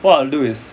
what I'll do is